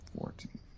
fourteen